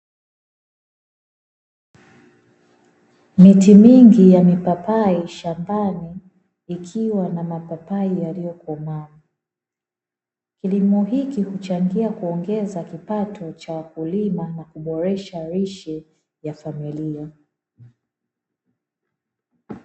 Miti mingi ya mipapai shambani ikiwa na mapapai yaliyokomaa. Kilimo hiki huchangia kuongeza kipato cha wakulima na kuboresha lishe ya familia.